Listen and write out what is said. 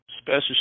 special